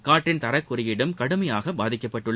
காற்றின் தரக்குறியீடும் கடுமையாக பாதிக்கப்பட்டுள்ளது